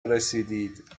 رسیدید